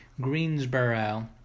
Greensboro